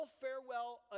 farewell